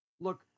Look